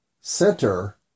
center